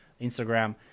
Instagram